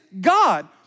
God